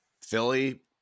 Philly